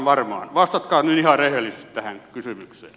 vastatkaa nyt ihan rehellisesti tähän kysymykseen